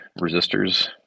resistors